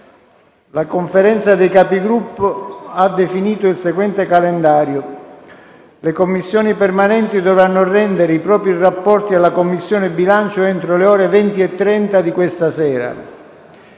La Conferenza dei Capigruppo ha definito il calendario dei lavori. Le Commissioni permanenti dovranno rendere i propri rapporti alla Commissione bilancio entro le ore 20,30 di questa sera.